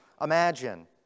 imagine